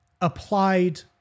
applied